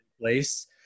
place